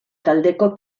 taldeko